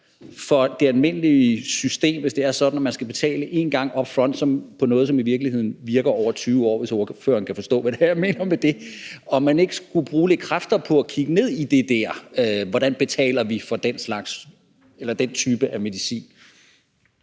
for det almindelige system, hvis det er sådan, at man skal betale én gang up front for noget, som i virkeligheden virker over 20 år – hvis ordføreren kan forstå, hvad jeg mener med det. Skulle man ikke bruge lidt kræfter på at kigge ned i det der med, hvordan vi betaler for den type medicin?